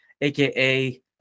AKA